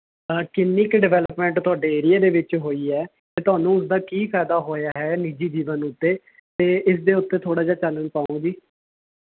ਕਿੰਨੀ ਕੁ ਡਿਵਲਪਮੈਂਟ ਤੁਹਾਡੇ ਏਰੀਏ ਦੇ ਵਿੱਚ ਹੋਈ ਹੈ ਅਤੇ ਤੁਹਾਨੂੰ ਉਸਦਾ ਕੀ ਫਾਈਦਾ ਹੋਇਆ ਹੈ ਨਿੱਜੀ ਜੀਵਨ ਉੱਤੇ ਅਤੇ ਇਸ ਦੇ ਉੱਤੇ ਥੋੜਾ ਜਿਹਾ ਚਾਨਣ ਪਾਉ ਜੀ